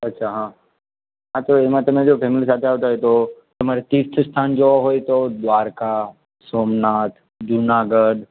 અચ્છા હં હા તો એમાં જો ફેમિલી સાથે આવતા હોય તો તમારે તીર્થસ્થાન જોવા હોય તો દ્વારકા સોમનાથ જુનાગઢ